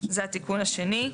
זה התיקון השני.